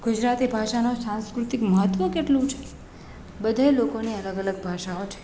ગુજરાતી ભાષાનું સાંસ્કૃતિક મહત્ત્વ કેટલું છે બધાંય લોકો ને અલગ અલગ ભાષાઓ છે